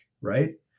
right